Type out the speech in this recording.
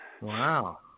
Wow